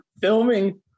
filming